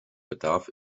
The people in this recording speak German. bedarf